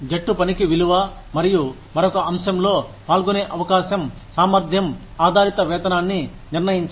జట్టు పనికి విలువ మరియు మరొక అంశంలో పాల్గొనే అవకాశం సామర్థ్యం ఆధారిత వేతనాన్ని నిర్ణయించడం